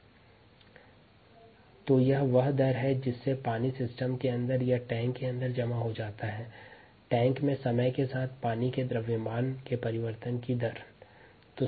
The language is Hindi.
rnet rin - rout rgen - rconsump 20 - 5 1 - 025 1575 Kg s 1 तो 1575 Kg s 1 वह रेट है जिससे पानी तंत्र के अंदर या टैंक के अंदर जमा हो जाता है टैंक में समय के साथ पानी के द्रव्यमान के परिवर्तन की दर बदलती है